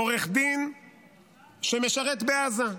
עורך דין שמשרת בעזה.